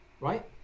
Right